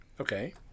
Okay